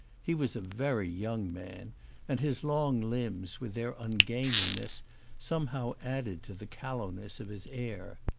he was a very young man and his long limbs with their ungainliness some how added to the callowness of his air.